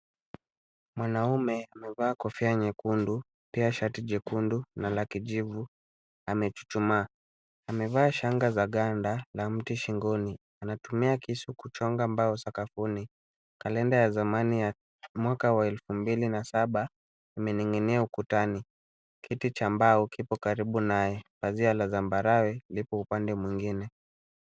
Mwanaume amevaa kofia nyekundu pia shati jekundu na la kijivu amechuchuma. Amevaa shanga za ganda na mti shingoni. Anatumia kisu kuchonga mbao sakafuni. Kalenda ya zamani ya mwaka wa elfu mbili na saba umening'inia ukutani. Kiti cha mbao kipo karibu naye. Pazia la zambarau lipo upande mwingine.